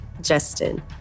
Justin